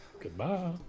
Goodbye